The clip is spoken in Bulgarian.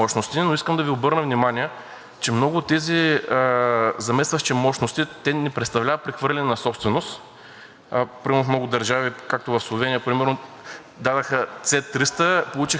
Например в много държави, както в Словения, дадоха С 300 – получиха „Пейтриът“, но те не стават собственост на държавата, а те са собственост в случая на Германия и Нидерландия. Тоест, ако ние реално